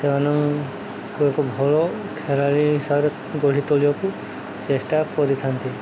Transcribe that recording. ସେମାନଙ୍କୁ ଏକ ଭଲ ଖେଳାଳି ହିସାବରେ ଗଢ଼ି ତୋଳିବାକୁ ଚେଷ୍ଟା କରିଥାନ୍ତି